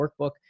workbook